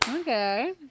okay